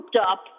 up